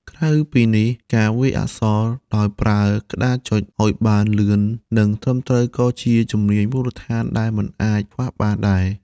ក្រៅពីនេះ ការវាយអក្សរ ដោយប្រើក្តារចុចឱ្យបានលឿននិងត្រឹមត្រូវក៏ជាជំនាញមូលដ្ឋានដែលមិនអាចខ្វះបានដែរ។